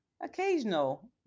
occasional